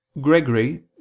Gregory